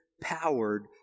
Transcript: powered